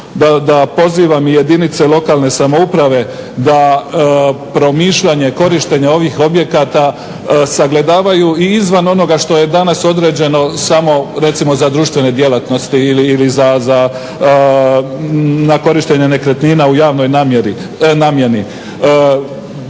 da pozivam i jedinice lokalne samouprave da promišljanje korištenja ovih objekata sagledavaju i izvan onoga što je danas određeno samo recimo za društvene djelatnosti ili za, na korištenje nekretnina u javnoj namjeni.